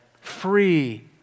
free